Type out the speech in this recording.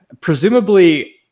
presumably